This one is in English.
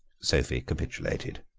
sophie capitulated.